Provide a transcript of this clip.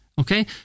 Okay